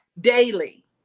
daily